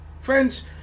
Friends